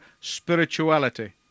spirituality